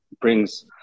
brings